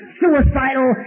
suicidal